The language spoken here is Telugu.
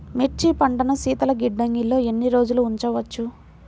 మిర్చి పంటను శీతల గిడ్డంగిలో ఎన్ని రోజులు ఉంచవచ్చు?